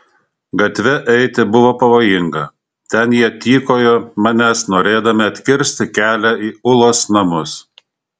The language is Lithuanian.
gatve eiti buvo pavojinga ten jie tykojo manęs norėdami atkirsti kelią į ulos namus